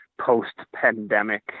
post-pandemic